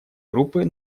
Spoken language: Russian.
группы